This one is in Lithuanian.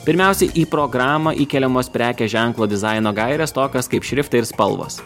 pirmiausiai į programą įkeliamos prekės ženklo dizaino gairės tokios kaip šriftai ir spalvos